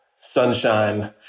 sunshine